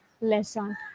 lesson